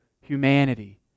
humanity